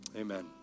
Amen